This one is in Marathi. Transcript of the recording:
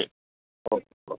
ठीक हो हो